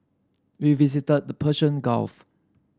we visited the Persian Gulf